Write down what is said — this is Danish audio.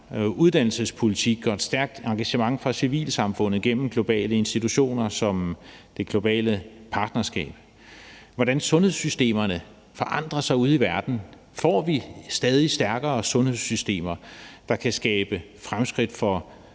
uddannelsespolitik og et stærkt engagement fra civilsamfundet gennem globale institutioner som det globale partnerskab, og hvordan sundhedssystemerne forandrer sig ude i verden. Får vi stadig stærkere sundhedssystemer, der kan skabe fremskridt for